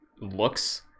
looks